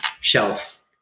Shelf